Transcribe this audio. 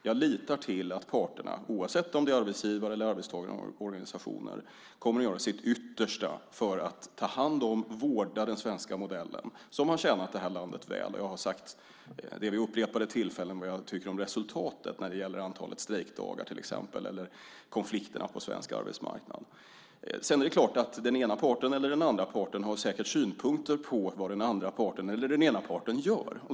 Jag litar till att parterna, oavsett om det är arbetsgivarnas eller arbetstagarnas organisationer, kommer att göra sitt yttersta för att ta hand om och vårda den svenska modellen, som har tjänat det här landet väl. Jag har sagt vid upprepade tillfällen vad jag tycker om resultatet, till exempel när det gäller antalet strejkdagar eller konflikterna på svensk arbetsmarknad. Det är klart - den ena parten eller den andra parten har säkert synpunkter på vad den andra parten eller den ena parten gör.